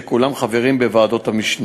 שכולם חברים בוועדות המשנה.